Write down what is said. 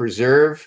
preserve